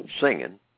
singing